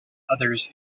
others